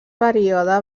període